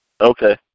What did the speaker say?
Okay